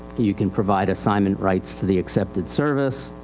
you can provide assignment rights to the accepted service,